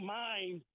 mind